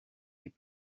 les